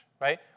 right